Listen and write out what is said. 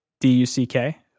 D-U-C-K